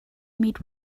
meet